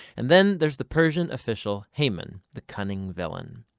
and then there's the persian official haman, the cunning villain.